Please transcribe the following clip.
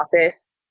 office